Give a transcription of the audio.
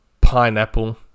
pineapple